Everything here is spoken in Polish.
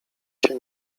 się